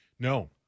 No